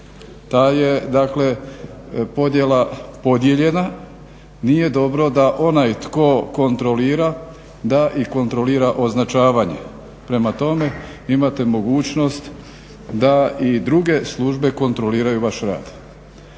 dakle podjela podijeljena, nije dobro da onaj tko kontroli da i kontrolira označavanje. Prema tome, imate mogućnost da i druge službe kontroliraju vaš rad.